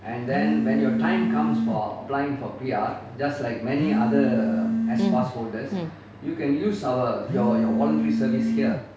mm mm